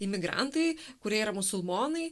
imigrantai kurie yra musulmonai